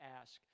ask